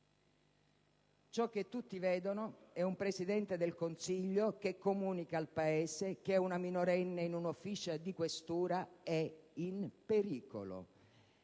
Ciò che tutti vedono è un Presidente del consiglio che comunica al Paese che una minorenne in un ufficio di questura è in pericolo;